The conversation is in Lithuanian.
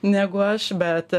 negu aš bet